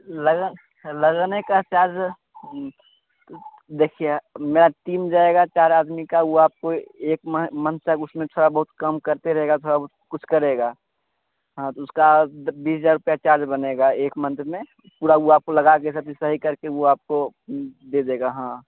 लगा लगाने का चार्ज देखिए मेरा तीन जाएगा चार आदमी का हुआ आपको एक मंथ तक उसमें थोड़ा बहुत काम करते रहेगा थोड़ा बहुत कुछ करेगा हाँ तो उसका द बीस हज़ार रुपया चार्ज बनेगा एक मंथ में पूरा ऊ आपको लगाकर सब चीज़ सही करके वह आपको दे देगा हाँ